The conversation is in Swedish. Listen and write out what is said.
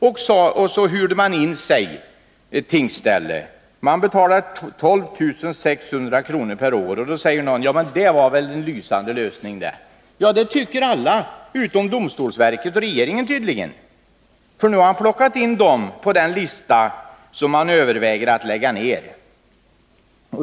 Och så hyrde man in tingsstället, som betalar 12 600 kr. per år. Då säger någon, att det var väl en lysande lösning. Ja, det tycker alla utom tydligen domstolsverket och regeringen. Nu är nämligen detta tingsställe upptaget på listan över tingsställen som man överväger att lägga ned.